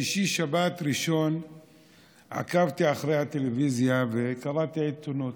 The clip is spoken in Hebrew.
בשישי-שבת-ראשון עקבתי אחרי הטלוויזיה וקראתי בעיתונות.